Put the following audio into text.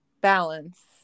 Balance